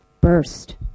burst